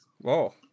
Whoa